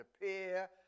appear